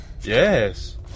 Yes